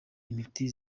imiti